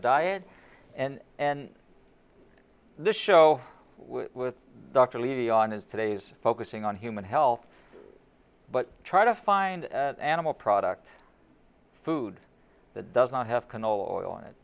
diet and and the show with dr levy on is today's focusing on human health but try to find an animal product food that does not have